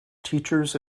teachers